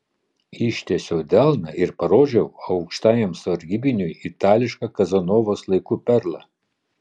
ištiesiau delną ir parodžiau aukštajam sargybiniui itališką kazanovos laikų perlą